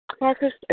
Marcus